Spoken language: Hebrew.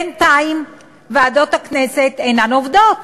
בינתיים ועדות הכנסת אינן עובדות